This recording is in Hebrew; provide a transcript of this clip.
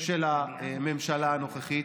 של הממשלה הנוכחית